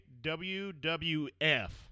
WWF